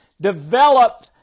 develop